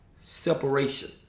separation